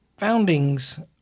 foundings